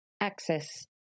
access